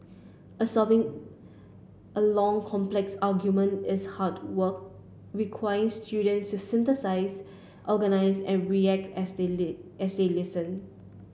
absorbing a long complex argument is hard work require students to synthesise organise and react as they list as they listen